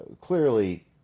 clearly